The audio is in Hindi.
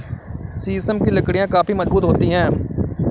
शीशम की लकड़ियाँ काफी मजबूत होती हैं